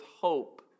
hope